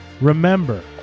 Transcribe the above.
Remember